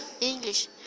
english